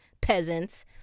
peasants